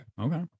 Okay